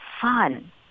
fun